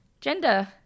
gender